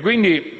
quindi